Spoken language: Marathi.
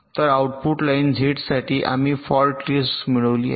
तर आऊटपुट लाईन झेड साठी आम्ही फॉल्ट लिस्ट मिळवली आहे